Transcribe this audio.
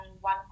one